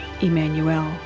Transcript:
Emmanuel